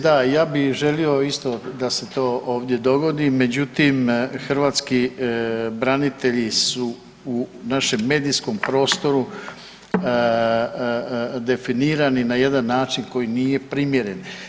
Da, ja bi želio isto da se to ovdje dogodi, međutim hrvatski branitelji su u našem medijskom prostoru definirani na jedan način koji nije primjeren.